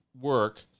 work